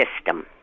system